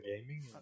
gaming